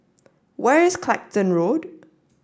where is Clacton Road